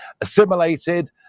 assimilated